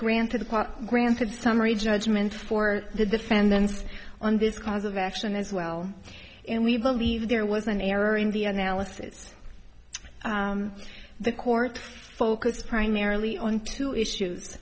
granted granted summary judgment for the defense on this cause of action as well and we believe there was an error in the analysis the court focused primarily on two issues